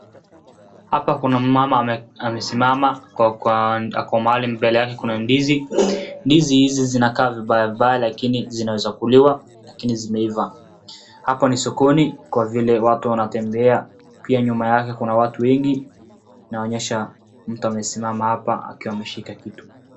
Hapa kuna mama amesimama ako mahali , mbele yake kuna ndizi. Ndizi hizi zinakaa vbaya vibaya lakini zinaeza kuliwa lakini zimeivaa. Hapo ni sokoni kwa vile watu wanatembea pia nyuma yake kuna watu wengi inaonyesha mtu amesimama hapa akiwa anashika kitu.